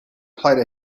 played